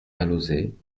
alauzet